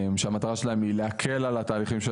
שהמטרה שלהם היא להקל על התהליכים של